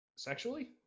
Sexually